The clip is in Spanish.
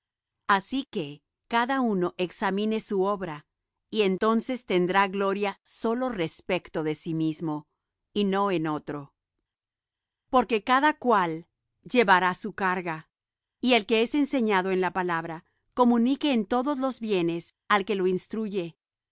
así que cada uno examine su obra y entonces tendrá gloria sólo respecto de sí mismo y no en otro porque cada cual llevará su carga y el que es enseñado en la palabra comunique en todos los bienes al que lo instruye